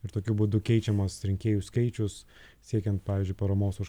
ir tokiu būdu keičiamas rinkėjų skaičius siekiant pavyzdžiui paramos už